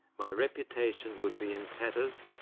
my reputation would be in tatters,